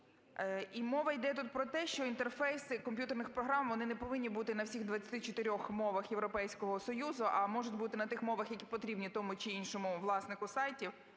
І мова йде тут про те, що інтерфейси комп'ютерних програм, вони не повинні бути на всіх 24 мовах Європейського Союзу, а можуть бути на тих мовах, які потрібні тому чи іншому власнику сайтів.